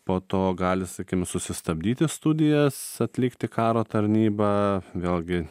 po to gali sakim susistabdyti studijas atlikti karo tarnybą vėlgi